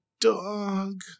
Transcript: dog